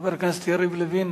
חבר הכנסת יריב לוין,